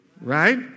Right